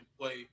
play